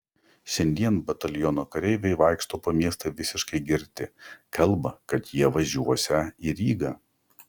šiandien bataliono kareiviai vaikšto po miestą visiškai girti kalba kad jie važiuosią į rygą